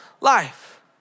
life